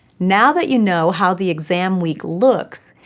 now that you know how the exam week looks,